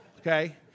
Okay